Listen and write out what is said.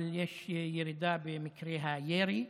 אבל יש ירידה במקרי הירי.